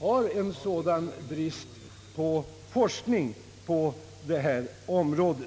råder en så stor brist på forskning inom detta område.